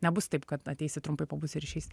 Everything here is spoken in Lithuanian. nebus taip kad ateisi trumpai pabūsi ir išeisi